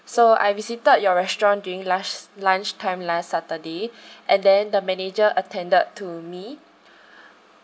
so I visited your restaurant during lunch~ lunchtime last saturday and then the manager attended to me